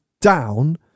down